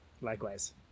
likewise